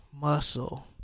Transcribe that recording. muscle